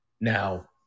Now